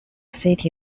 city